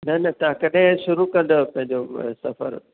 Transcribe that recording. न न तव्हां कॾहिं शुरु कंदव पंहिंजो सफ़रु